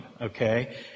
okay